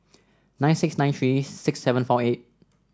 nine six nine three six seven four eight